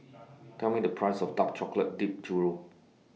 Tell Me The Price of Dark Chocolate Dipped Churro